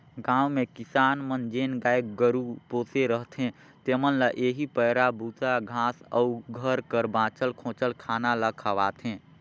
गाँव में किसान मन जेन गाय गरू पोसे रहथें तेमन ल एही पैरा, बूसा, घांस अउ घर कर बांचल खोंचल खाना ल खवाथें